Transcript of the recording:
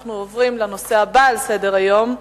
אנחנו עוברים לנושא הבא על סדר-היום: